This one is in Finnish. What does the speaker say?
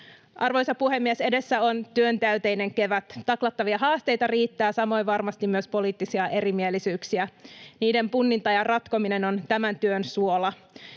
Arvoisa puhemies! Edessä on työntäyteinen kevät. Taklattavia haasteita riittää, samoin varmasti myös poliittisia erimielisyyksiä. Niiden punninta ja ratkominen on tämän työn suola.